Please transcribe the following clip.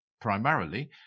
primarily